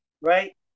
right